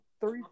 Three